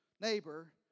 neighbor